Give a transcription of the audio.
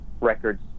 records